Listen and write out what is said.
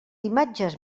imatges